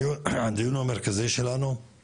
הדיון המרכזי שלנו הוא